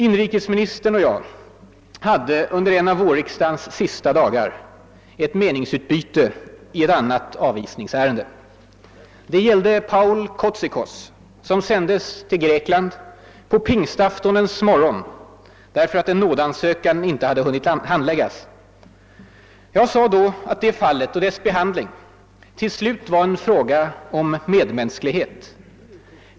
Inrikesministern och jag hade under en av vårriksdagens sista dagar ett meningsutbyte i ett annat avvisningsärende. Det gällde Paul Kotzikos, som sändes till Grekland på pingstaftonens morgon därför att en nådeansökan inte hade hunnit handläggas. Jag sade då att det fallet och dess behandling till slut var en fråga om medmänsklighet.